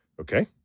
Okay